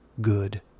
Good